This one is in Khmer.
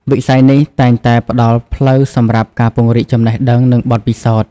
វិស័យនេះតែងតែផ្តល់ផ្លូវសម្រាប់ការពង្រីកចំណេះដឹង និងបទពិសោធន៍។